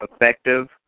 effective